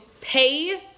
pay